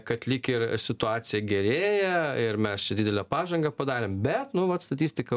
kad lyg ir situacija gerėja ir mes čia didelę pažangą padarėm bet nu vat statistika